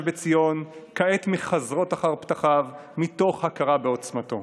בציון כעת מחזרות אחר פתחיו מתוך הכרה בעוצמתו.